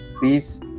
peace